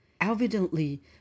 Evidently